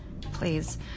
please